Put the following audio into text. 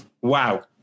wow